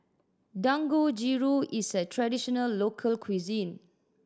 dangojiru is a traditional local cuisine